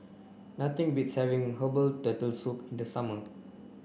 nothing beats having Herbal Turtle Soup in the summer